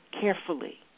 carefully